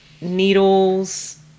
needles